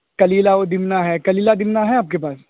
کلیلہ و دمنہ ہے کلیلہ دمنہ ہے آپ کے پاس